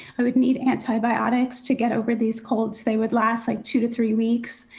i would need antibiotics to get over these colds. they would last like two to three weeks.